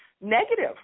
negative